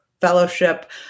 fellowship